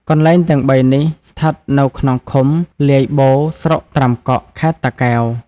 កន្លែងទាំងបីនេះ ស្ថិតនៅក្នុងឃុំ លាយបូរស្រុកត្រាំកក់ ខេត្តតាកែវ ។